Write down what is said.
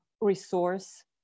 resource